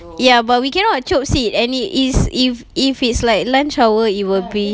ya but we cannot chope seat and it is if if it's like lunch hour it will be